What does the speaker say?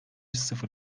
sıfır